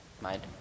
mind